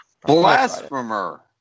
Blasphemer